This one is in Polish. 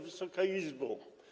Wysoka Izbo!